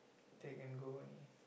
take and go only